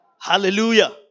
Hallelujah